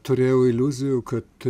turėjau iliuzijų kad